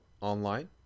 online